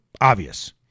obvious